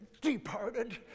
departed